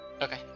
Okay